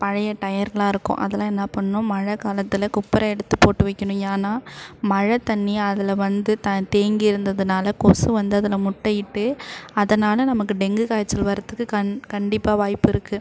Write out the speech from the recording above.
பழைய டயரெலாம் இருக்கும் அதெல்லாம் என்ன பண்ணணும் மழை காலத்தில் குப்புற எடுத்து போட்டு வைக்கணும் ஏன்னால் மழை தண்ணி அதில் வந்து த தேங்கி இருந்ததுனால் கொசு வந்து அதில் முட்டையிட்டு அதனால் நமக்கு டெங்கு காய்ச்சல் வர்றத்துக்கு கண் கண்டிப்பாக வாய்ப்பு இருக்குது